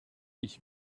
ich